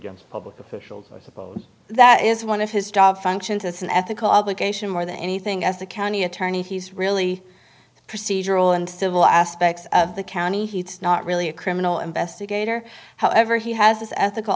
against public officials i suppose that is one of his job functions as an ethical obligation more than anything as a county attorney he's really procedural and civil aspects of the county he's not really a criminal investigator however he has this ethical